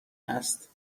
است